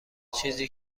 چیزی